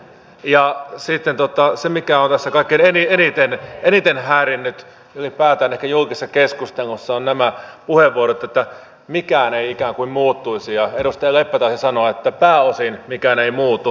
ja sitten se mikä on tässä kaikkein eniten häirinnyt ylipäätään ehkä julkisessa keskustelussa on nämä puheenvuorot että mikään ei ikään kuin muuttuisi ja edustaja leppä taisi sanoa että pääosin mikään ei muutu